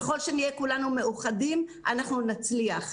ככל שנהיה כולנו מאוחדים אנחנו נצליח.